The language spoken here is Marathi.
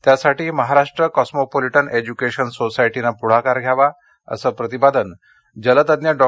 त्यासाठी महाराष्ट्र कॉस्मोपोलिटन एज्युएकेशन सोसायटीने पुढाकार घ्यावा असं प्रतिपादन जलतज्ञ डॉ